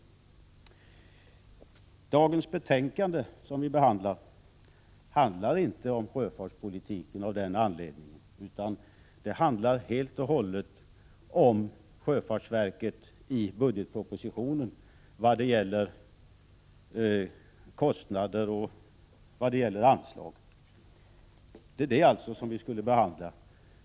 Dagens betänkande handlar av den anledningen inte om sjöfartspolitiken, utan den handlar helt och hållet om det som anges under Sjöfart i budgetpropositionen vad gäller kostnader och anslag. Det är alltså detta som vi skall behandla.